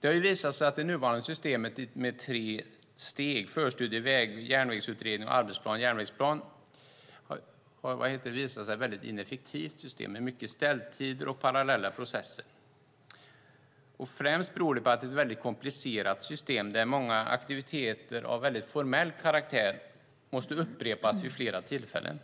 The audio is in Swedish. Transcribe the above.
Det nuvarande systemet med tre steg, förstudie, väg eller järnvägsutredning och arbetsplan eller järnvägsplan, har visat sig vara ett väldigt ineffektivt system med mycket ställtider och parallella processer. Det beror främst på att det är ett mycket komplicerat system där många aktiviteter av mycket formell karaktär måste upprepas vid flera tillfällen.